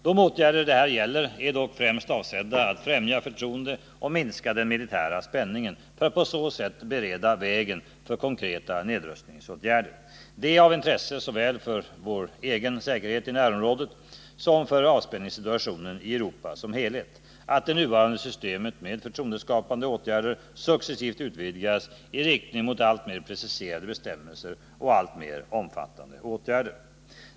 De åtgärder det här gäller är dock främst avsedda att främja förtroende och minska den militära spänningen för att på så sätt bereda vägen för konkreta nedrustningsåtgärder. Det är av intresse såväl för vår egen säkerhet i närområdet som för avspänningssituationen i Europa som helhet att det nuvarande systemet med förtroendeskapande åtgärder successivt utvidgas i riktning mot alltmer preciserade bestämmelser och alltmer omfattande åtgärder.